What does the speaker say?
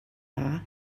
dda